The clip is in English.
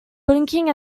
blinking